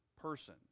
person